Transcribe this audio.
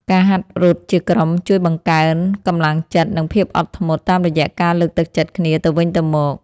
ការហាត់រត់ជាក្រុមជួយបង្កើនកម្លាំងចិត្ត និងភាពអត់ធ្មត់ តាមរយៈការលើកទឹកចិត្តគ្នាទៅវិញទៅមក។